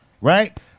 right